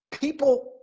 people